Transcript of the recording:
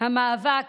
המאבק